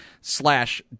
slash